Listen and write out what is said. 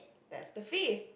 that's the fifth